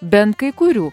bent kai kurių